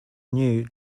new